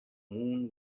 moon